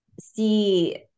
see